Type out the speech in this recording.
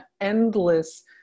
endless